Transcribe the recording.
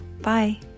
Bye